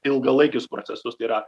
ilgalaikius procesus yra